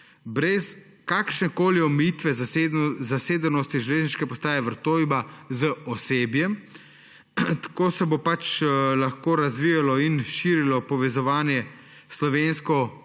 brez kakršnekoli omejitve zasedenosti železniške postaje Vrtojba z osebjem. Tako se bo lahko razvijalo in širilo povezovanje